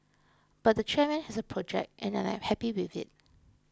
but the chairman has a project and I am happy with it